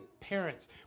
parents